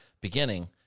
beginning